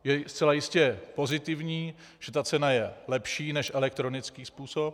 Je zcela jistě pozitivní, že ta cena je lepší než elektronický způsob.